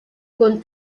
con